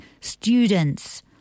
students